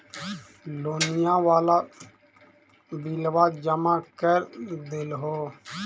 लोनिया वाला बिलवा जामा कर देलहो?